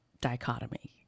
dichotomy